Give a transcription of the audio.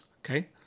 Okay